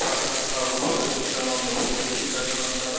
ಪ್ರಾಥಮಿಕ ಹಾಗು ಪ್ರೌಢ ಶಿಕ್ಷಣವನ್ನು ಪೂರೈಸಿ ತದನಂತರ